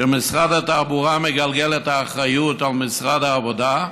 שמשרד התחבורה מגלגל את האחריות על משרד העבודה,